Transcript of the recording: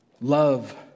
Love